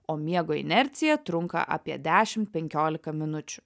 o miego inercija trunka apie dešimt penkiolika minučių